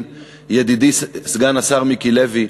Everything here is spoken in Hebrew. ידידי סגן השר מיקי לוי,